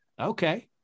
okay